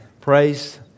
praise